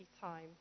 time